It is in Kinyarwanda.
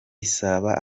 isaba